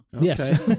Yes